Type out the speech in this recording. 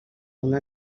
una